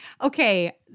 Okay